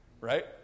right